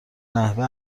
نحوه